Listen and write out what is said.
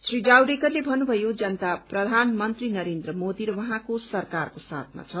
श्री जावडेकरले भन्नुभयो जनता प्रधानमन्त्री नरेन्द्र मोदी र उहाँको सरकारको साथमा छ